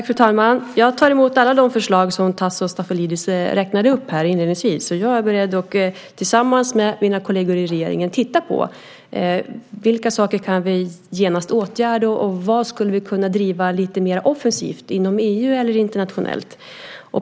Fru talman! Jag tar emot alla de förslag som Tasso Stafilidis räknade upp inledningsvis. Och jag är beredd att tillsammans med mina kolleger i regeringen titta på vilka saker som vi genast kan åtgärda och vad vi skulle kunna driva lite mer offensivt inom EU eller internationellt.